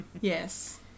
Yes